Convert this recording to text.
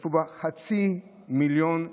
שהשתתפו בה חצי מיליון איש,